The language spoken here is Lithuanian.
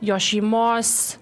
jo šeimos